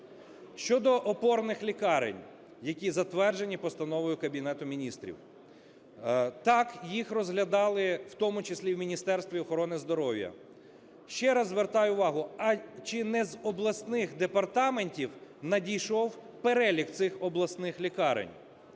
Щодо опорних лікарень, які затверджені постановою Кабінету Міністрів. Так, їх розглядали в тому числі і в Міністерстві охорони здоров'я. Ще раз звертаю увагу, а чи не з обласних департаментів надійшов перелік цих обласних лікарень?